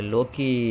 Loki